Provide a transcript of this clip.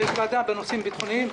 יש ועדה בנושאים ביטחוניים,